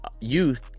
youth